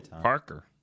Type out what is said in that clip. Parker